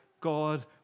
God